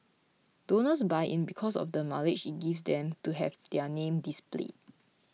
donors buy in because of the mileage it gives them to have their names displayed